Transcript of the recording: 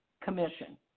Commission